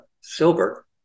silver